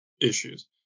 issues